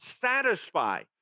satisfy